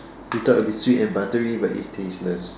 we thought it'll be sweet and buttery but it's tasteless